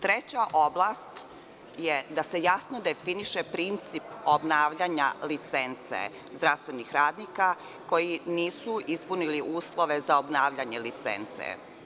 Treća oblast je da se jasno definiše princip obnavljanja licence zdravstvenih radnika koji nisu ispunili uslove za obnavljanje licence.